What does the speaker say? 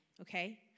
okay